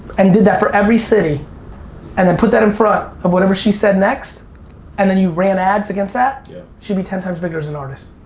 and did that for every city and then put that in front of whatever she said next and then you ran ads against that yeah she'd be ten times bigger as an artist